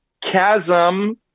chasm